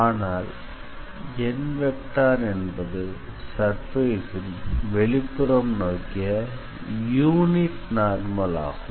ஆனால் n என்பது சர்ஃபேஸின் வெளிப்புறம் நோக்கிய யூனிட் நார்மல் ஆகும்